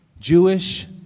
Jewish